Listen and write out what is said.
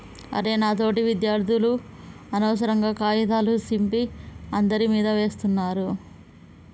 అరె నా తోటి విద్యార్థులు అనవసరంగా కాగితాల సింపి అందరి మీదా వేస్తున్నారు